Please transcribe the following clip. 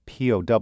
POW